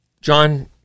John